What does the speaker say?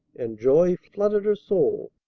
and joy flooded her soul.